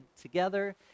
together